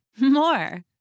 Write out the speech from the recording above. more